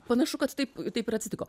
panašu kad taip taip ir atsitiko